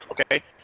Okay